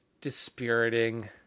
dispiriting